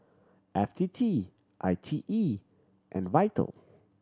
F T T I T E and Vital